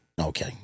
Okay